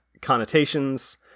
connotations